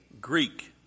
Greek